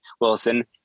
Wilson